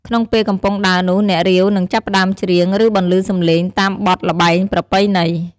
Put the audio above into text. ក្នុងពេលកំពុងដើរនោះ អ្នករាវ នឹង ចាប់ផ្តើមច្រៀង ឬបន្លឺសំឡេង តាមបទល្បែងប្រពៃណី។